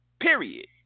Period